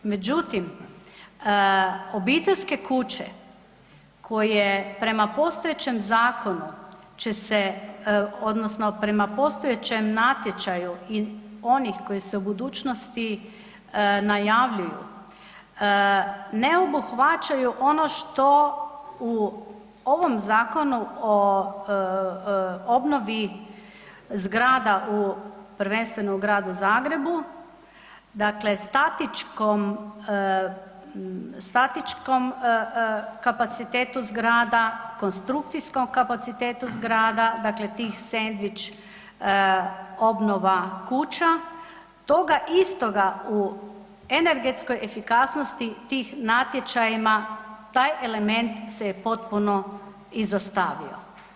Međutim, obiteljske kuće koje prema postojećem zakonu će se, odnosno prema postojećem natječaju i onih koji se u budućnosti najavljuju, ne obuhvaćaju ono što u ovom zakonu o obnovi zgrada prvenstveno u gradu Zagrebu, dakle statičkom kapacitetu zgrada, konstrukcijskom kapacitetu zgrada, dakle tih sendvič obnova kuća, toga istoga u energetskoj efikasnosti tih natječajima, taj element se je potpuno izostavio.